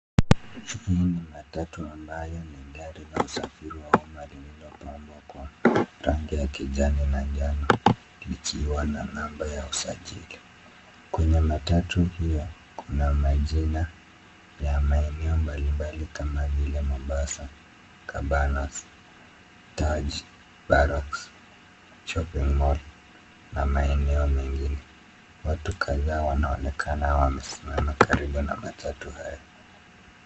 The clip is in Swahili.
Hii ni matatu ambalo ni gari la usafiri wa umma lililpambwa kwa rangi ya kijani na njano likiwa na namba ya usajili. Kwenye matatu hio kuna majina ya maeneo mbalimbali kama vile Mombasa, Cabanas, Taj, Barracs, shopping mall na maeneo mengine. Watu kadhaa wanaonekana wamesimama karibu na matatu hayo.